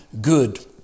good